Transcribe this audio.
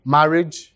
Marriage